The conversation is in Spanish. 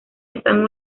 están